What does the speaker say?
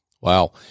Wow